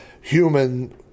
human